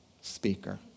speaker